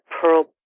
Pearl